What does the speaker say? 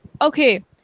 okay